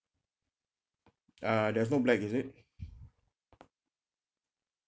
uh there's no black is it